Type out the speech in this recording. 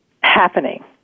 happening